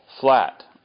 flat